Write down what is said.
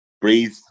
breathe